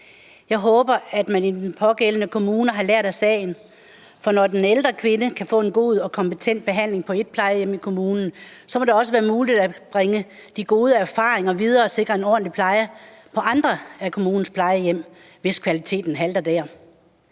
Jeg håber, at man i den pågældende kommune har lært af sagen, for når den ældre kvinde kan få en god og kompetent behandling på et plejehjem i kommunen, så må det også være muligt at bringe de gode erfaringer videre og sikre en ordentlig pleje på andre af kommunens plejehjem, hvis kvaliteten halter der.